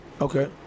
Okay